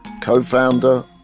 co-founder